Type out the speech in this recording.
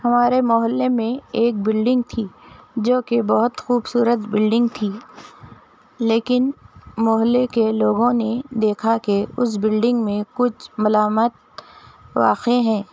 ہمارے محلّے میں ایک بلڈنگ تھی جو کہ بہت خوبصورت بلڈنگ تھی لیکن محلّے کے لوگوں نے دیکھا کہ اُس بلڈنگ میں کچھ ملامت واقع ہیں